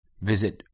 Visit